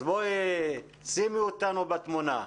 אז בואי שימי אותנו בתמונה.